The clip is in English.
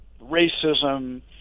racism